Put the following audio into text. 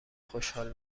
خوشحال